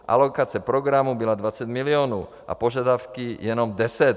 Alokace programu byla 20 milionů a požadavky jenom deset.